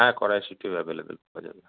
হ্যাঁ কড়াইশুটিও অ্যাবেলেবেল পাওয়া যাবে